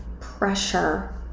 pressure